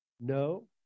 no